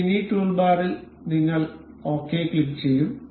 ഈ മിനി ടൂൾബാറിൽ ഞങ്ങൾ ഓകെ ക്ലിക്കുചെയ്യും